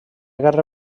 guerra